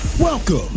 Welcome